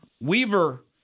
Weaver